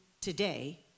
today